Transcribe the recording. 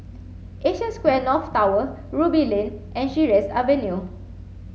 Asia Square North Tower Ruby Lane and Sheares Avenue